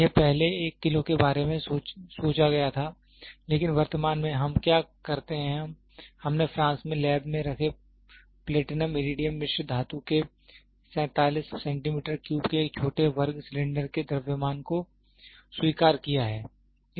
यह पहले एक किलो के बारे में सोचा गया था लेकिन वर्तमान में हम क्या करते हैं हमने फ्रांस में लैब में रखे प्लेटिनम इरीडियम मिश्र धातु के 47 के एक छोटे वर्ग सिलेंडर के द्रव्यमान को स्वीकार किया है